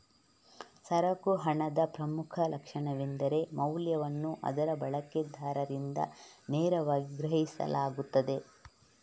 ಸರಕು ಹಣದ ಪ್ರಮುಖ ಲಕ್ಷಣವೆಂದರೆ ಮೌಲ್ಯವನ್ನು ಅದರ ಬಳಕೆದಾರರಿಂದ ನೇರವಾಗಿ ಗ್ರಹಿಸಲಾಗುತ್ತದೆ